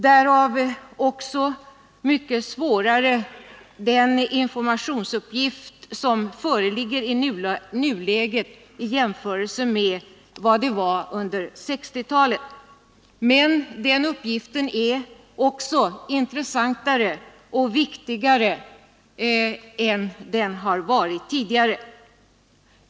Därav följer också att den informationsuppgift som föreligger är mycket svårare i nuläget i jämförelse med vad den var under 1960-talet. Men den uppgiften är också intressantare och viktigare än den har varit tidigare.